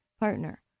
partner